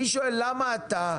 אני שואל למה אתה,